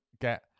get